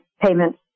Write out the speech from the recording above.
payment